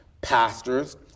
pastors